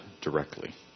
directly